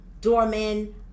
doorman